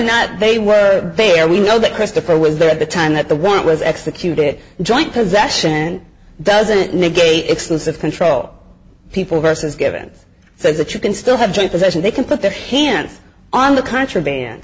not they where they are we know that christopher was there at the time that the warrant was executed joint possession and doesn't negate exclusive control people versus given so that you can still have joint possession they can put their hands on the contraband